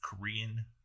Korean